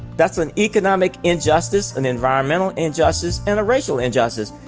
that's an economic injustice and environmental injustice and a racial injustice.